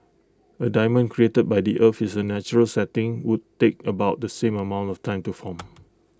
A diamond created by the earth is A natural setting would take about the same amount of time to form